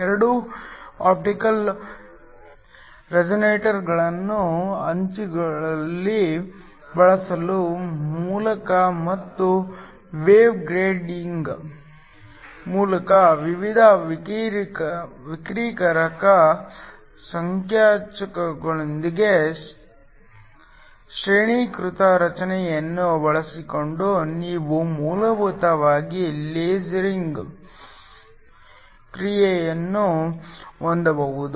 ಎರಡೂ ಆಪ್ಟಿಕಲ್ ರಿಫ್ಲೆಕ್ಟರ್ಗಳನ್ನು ಅಂಚುಗಳಲ್ಲಿ ಬಳಸುವ ಮೂಲಕ ಮತ್ತು ವೇವ್ ಗೈಡಿಂಗ್ ಮೂಲಕ ವಿವಿಧ ವಕ್ರೀಕಾರಕ ಸೂಚ್ಯಂಕಗಳೊಂದಿಗೆ ಶ್ರೇಣೀಕೃತ ರಚನೆಯನ್ನು ಬಳಸಿಕೊಂಡು ನೀವು ಮೂಲಭೂತವಾಗಿ ಲೇಸಿಂಗ್ ಕ್ರಿಯೆಗಳನ್ನು ಹೊಂದಬಹುದು